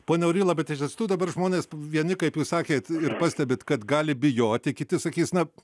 pone auryla bet iš tiesų dabar žmonės vieni kaip jūs sakėt ir pastebit kad gali bijoti kiti sakys na